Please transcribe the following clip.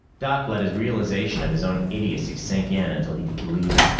doc let his realization of his own idiocy sink in until he could believe it.